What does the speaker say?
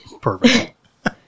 Perfect